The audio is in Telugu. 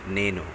నేను